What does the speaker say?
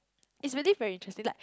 it's really very interesting like